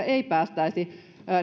ei päästäisi